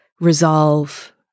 resolve